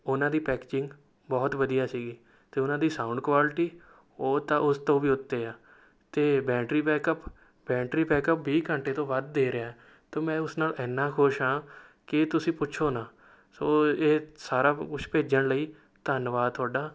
ਉਨ੍ਹਾਂ ਦੀ ਪੈਕੇਜਿੰਗ ਬਹੁਤ ਵਧੀਆ ਸੀਗੀ ਅਤੇ ਉਨ੍ਹਾਂ ਦੀ ਸਾਊਂਡ ਕੁਆਲਿਟੀ ਉਹ ਤਾਂ ਉਸ ਤੋਂ ਵੀ ਉੱਤੇ ਆ ਅਤੇ ਬੈਟਰੀ ਬੈਕਅੱਪ ਬੈਟਰੀ ਵੀਹ ਘੰਟੇ ਤੋਂ ਵਧ ਦੇ ਰਿਹਾ ਅਤੇ ਮੈਂ ਉਸ ਨਾਲ ਇੰਨਾ ਖੁਸ਼ ਹਾਂ ਕਿ ਤੁਸੀਂ ਪੁੱਛੋ ਨਾ ਸੋ ਇਹ ਸਾਰਾ ਕੁਛ ਭੇਜਣ ਲਈ ਧੰਨਵਾਦ ਤੁਹਾਡਾ